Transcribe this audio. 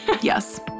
Yes